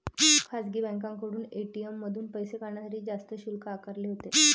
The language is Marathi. खासगी बँकांमध्ये ए.टी.एम मधून पैसे काढण्यासाठी जास्त शुल्क आकारले जाते